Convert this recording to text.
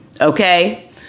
Okay